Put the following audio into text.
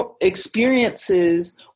experiences